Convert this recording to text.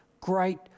great